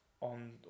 on